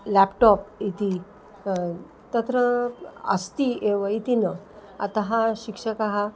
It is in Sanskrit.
ल्याप्टाप् इति तत्र अस्ति एव इति न अतः शिक्षकः